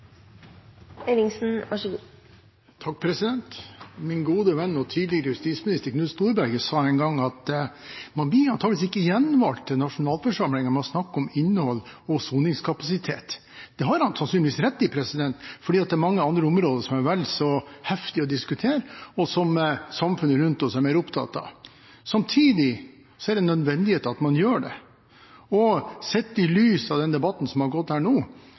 Min gode venn og tidligere justisminister Knut Storberget sa en gang at man blir antakeligvis ikke gjenvalgt til nasjonalforsamlingen ved å snakke om innhold og soningskapasitet. Det har han sannsynligvis rett i, for det er mange andre områder som er vel så heftige å diskutere, og som samfunnet rundt oss er mer opptatt av. Samtidig er det nødvendig at man gjør det. Sett i lys av den debatten som har gått her nå,